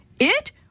It